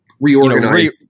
reorganize